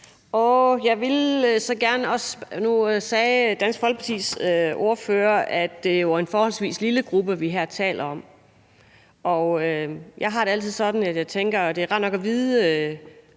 tak for ordførertalen. Nu sagde Dansk Folkepartis ordfører, at det jo er en forholdsvis lille gruppe, vi her taler om, men jeg har det altid sådan i sådan nogle tilfælde, at jeg tænker, at det er rart nok at vide,